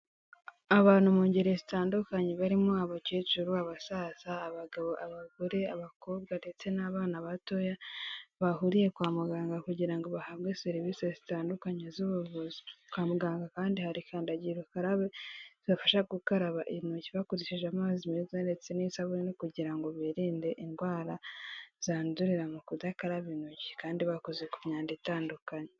Abantu mu ngeri zitandukanye barimo abakecuru, abasaza, abagabo, abagore, abakobwa ndetse n'abana batoya, bahuriye kwa muganga kugira ngo bahabwe serivise zitandukanye z'ubuvuzi. Kwa muganga kandi hari kandagira ukarabe zibafasha gukaraba intoki bakoresheje amazi meza ndetse n'isabune kugira ngo birinde indwara, zandurira mu kudakaraba intoki kandi bakoze ku myanda itandukanye.